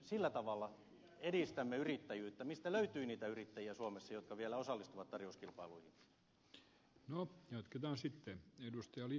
sillä tavalla edistämme yrittäjyyttä että löytyy niitä yrittäjiä suomessa jotka vielä osallistuvat tarjouskilpailuihin